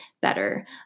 better